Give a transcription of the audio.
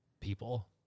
people